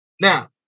Now